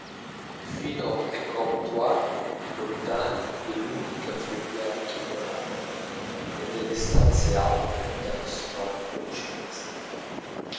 fino ai comptoirs lontani dei lunghi caffè bianchi e dorati e nelle stanze alte dei restaurants principeschi